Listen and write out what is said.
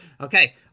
Okay